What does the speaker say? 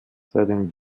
seinen